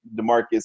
demarcus